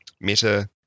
meta